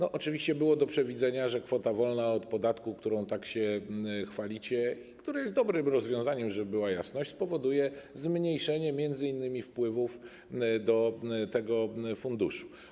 Oczywiście było do przewidzenia, że kwota wolna od podatku, którą tak się chwalicie - to jest dobre rozwiązanie, żeby była jasność - powoduje zmniejszenie m.in. wpływów do tego funduszu.